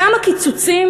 כמה קיצוצים,